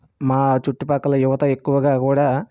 మా చుట్టుపక్కల యువత ఎక్కువగా కూడా